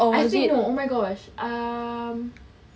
I think no oh my god um